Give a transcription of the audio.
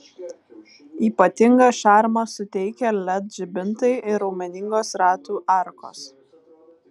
ypatingą šarmą suteikia led žibintai ir raumeningos ratų arkos